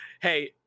hey